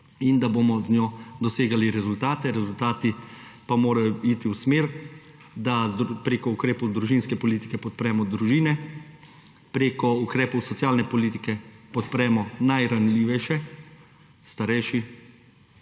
in da bomo z njo dosegali rezultate. Rezultati pa morajo iti v smer, da preko ukrepov družinske politike podpremo družine, preko ukrepov socialne politike podpremo najranljivejše, še